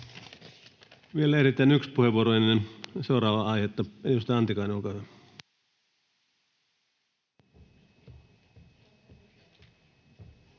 Vielä ehditään yksi puheenvuoro ennen seuraavaa aihetta. — Edustaja Antikainen, olkaa hyvä.